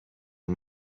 you